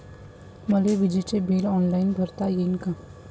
मले विजेच bill online भरता येईन का?